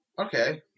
Okay